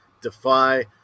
Defy